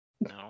No